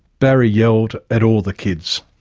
barry yelled at all the kids.